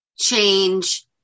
change